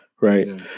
Right